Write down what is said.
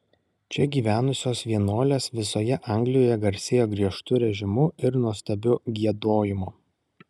čia gyvenusios vienuolės visoje anglijoje garsėjo griežtu režimu ir nuostabiu giedojimu